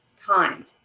time